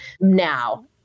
now